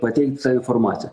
pateikt informaciją